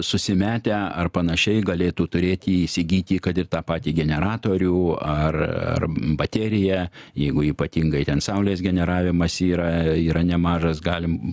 susimetę ar panašiai galėtų turėti įsigyti kad ir tą patį generatorių ar ar bateriją jeigu ypatingai ten saulės generavimas yra yra nemažas galim